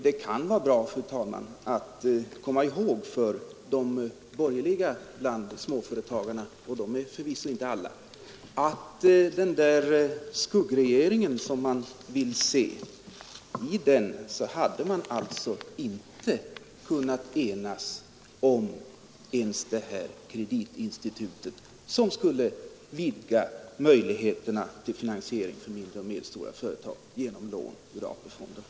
Det kan vara bra, fru talman, att komma ihåg för de borgerliga bland småföretagarna — och de är förvisso inte alla — att i den där skuggregeringen som man vill se regera hade man inte kunnat enas ens om det här kreditinstitutet. Som skulle vidga möjligheterna till finansiering för mindre och medelstora företag genom lån ur AP-fonderna.